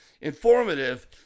informative